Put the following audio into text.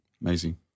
Amazing